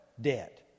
debt